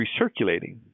recirculating